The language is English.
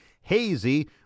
Hazy